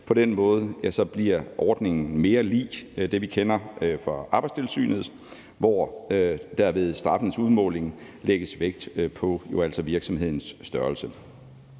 På den måde bliver ordningen mere lig det, vi kender fra Arbejdstilsynets, hvor der ved straffens udmåling lægges vægt på virksomhedens størrelse.